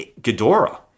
Ghidorah